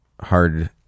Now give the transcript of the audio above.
hard